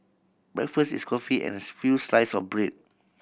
breakfast is coffee and as few slice of bread